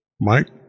Mike